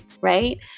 right